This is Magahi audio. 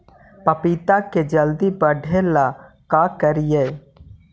पपिता के जल्दी बढ़े ल का करिअई?